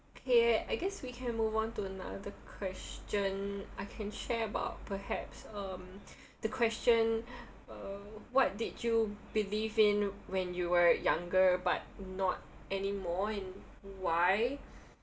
okay I guess we can move on to another question I can share about perhaps um the question uh what did you believe in when you were younger but not anymore and why